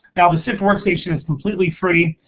now the sift workstation is completely free.